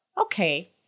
Okay